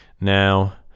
now